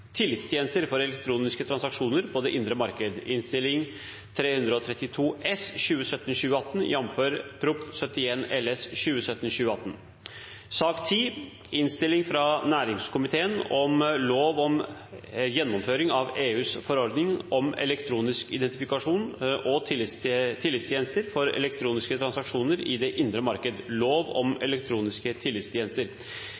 tillitstjenester for elektroniske transaksjoner på det indre marked, og lov om gjennomføring av EUs forordning om elektronisk identifikasjon og tillitstjenester for elektroniske transaksjoner i det indre marked, lov om